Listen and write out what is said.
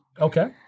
Okay